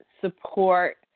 support